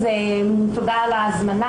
תודה על ההזמנה,